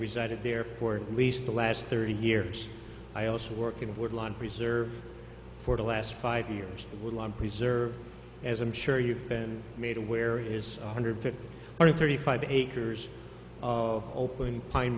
resided there for at least the last thirty years i also work in woodlawn preserve for the last five years woodland preserve as i'm sure you've been made aware is a hundred fifty or thirty five acres of open pine